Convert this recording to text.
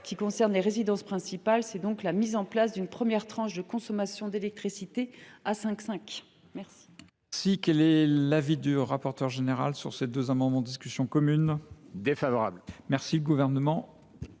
qui concerne les résidences principales, à savoir la mise en place d’une première tranche de consommation d’électricité soumise